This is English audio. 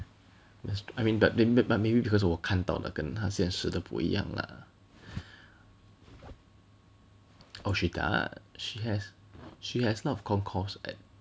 that's I mean but but but maybe because 我看到了跟他显示的不一样 lah oh she does she has she has a lot of concourse at